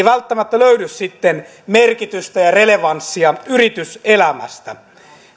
välttämättä löydy sitten merkitystä ja relevanssia yrityselämästä